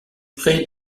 près